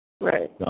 Right